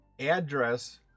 address